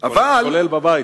כולל בבית.